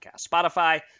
Spotify